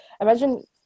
imagine